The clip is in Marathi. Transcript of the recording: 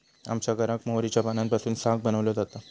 आमच्या घराक मोहरीच्या पानांपासून साग बनवलो जाता